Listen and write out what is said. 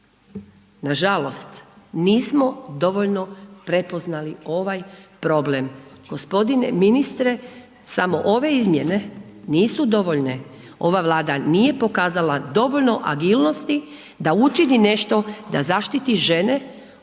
Nažalost nismo dovoljno prepoznali ovaj problem. G. ministre samo ove izmjene nisu dovoljne, ova Vlada nije pokazala dovoljno agilnosti da učini nešto da zaštiti žene od